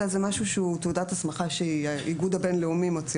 אלא שזוהי תעודת הסכמה שהאיגוד הבין-לאומי מוציא.